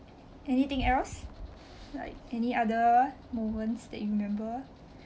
anything else like any other moments that you remember